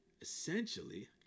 Essentially